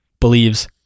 believes